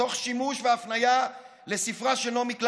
תוך שימוש והפניה לספרה של נעמי קליין,